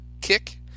kick